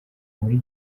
muri